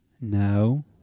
No